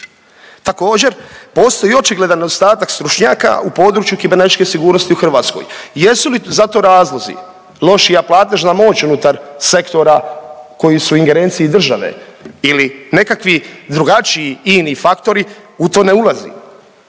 Također postoji i očigledan nedostatak stručnjaka u području kibernetičke sigurnosti u Hrvatskoj. Jesu li za to razlozi lošija platežna moć unutar sektora koji su u ingerenciji države ili nekakvi drugačiji ini faktori u to ne ulazim.